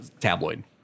tabloid